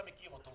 אתה מכיר אותו.